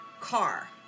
Car